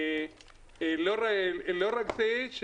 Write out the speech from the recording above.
לא רק זה.